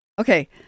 Okay